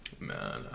Man